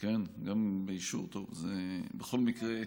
טוב, בכל מקרה,